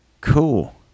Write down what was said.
Cool